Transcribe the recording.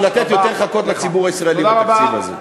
בשביל לתת יותר חכות לציבור הישראלי בתקציב הזה.